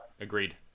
Agreed